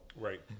Right